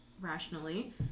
rationally